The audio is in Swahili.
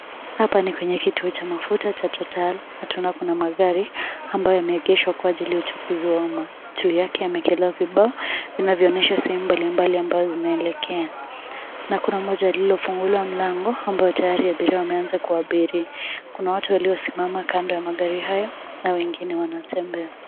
Hapa ni kaanya kituo cha mafuta cha total na tunao na kuna Magari yamegeshwa kwa ajili ya uchaguzi ya uma saa yake wameekelea vipo vinavyoonyesha sehemu mbambali ambavyo vinaelekea na kuna moja lililofunguliwa mlango ambayo tayari abiria wameanza kuabiri . Kuna watu waliosimama kando ya magari hayo na wengine wana tembea.